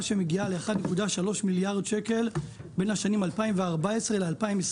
שמגיעה ל-1.3 מיליארד שקלים בין השנים 2014 ל-2021.